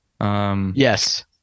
yes